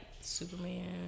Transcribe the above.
Superman